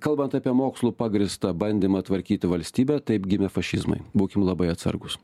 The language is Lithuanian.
kalbant apie mokslų pagristą bandymą tvarkyti valstybę taip gimė fašizmai būkim labai atsargūs